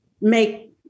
make